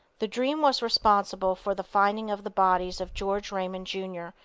the dream was responsible for the finding of the bodies of george raymond, jr,